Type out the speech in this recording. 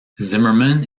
zimmerman